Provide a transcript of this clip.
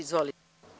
Izvolite.